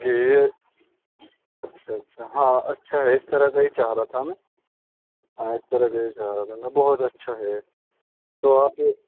جی یہ اچھا اچھا ہاں اچھا ہے اس طرح سے ہی چاہ رہا تھا میں ہاں اس طرح کا ہی چاہ رہا تھا بہت اچھا ہے تو آپ یہ